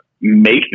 make